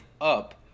up